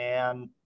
and-